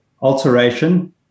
alteration